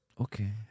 okay